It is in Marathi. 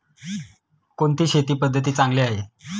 कोणती शेती पद्धती चांगली आहे?